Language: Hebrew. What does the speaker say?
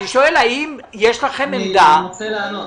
אני שואל האם יש לכם עמדה --- אני מנסה לענות,